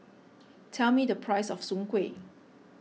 tell me the price of Soon Kueh